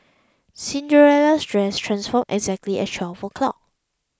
Cinderella's dress transformed exactly at twelve o'clock